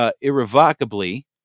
irrevocably